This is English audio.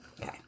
Okay